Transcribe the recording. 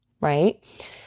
right